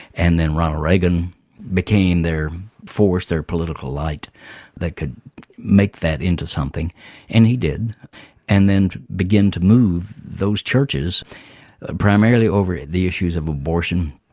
and then ronald reagan became their force, their political light that could make that into something and he did and then begin to move those churches primarily over the issues of abortion,